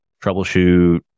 troubleshoot